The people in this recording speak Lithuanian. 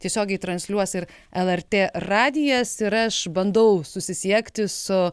tiesiogiai transliuos ir lrt radijas ir aš bandau susisiekti su